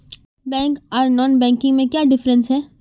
Bank आर non banking में क्याँ डिफरेंस है?